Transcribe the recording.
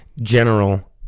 general